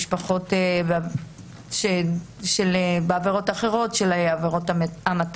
למשפחות נפגעות מעבירות אחרות של המתה.